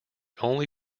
only